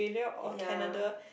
ya